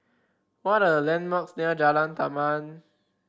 what are the landmarks near Jalan Taman